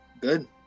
Good